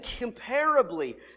incomparably